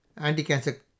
anti-cancer